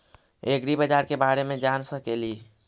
ऐग्रिबाजार के बारे मे जान सकेली?